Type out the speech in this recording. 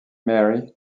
mary